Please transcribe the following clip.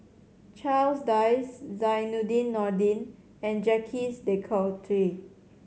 Charles Dyce Zainudin Nordin and Jacques De Coutre